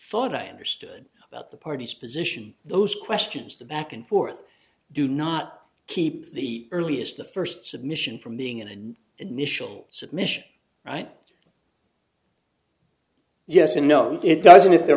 thought i understood about the party's position those questions the back and forth do not keep the earliest the first submission from being in an initial submission right yes and no it doesn't if the